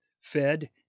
fed